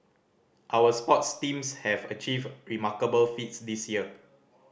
our sports teams have achieved remarkable feats this year